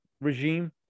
regime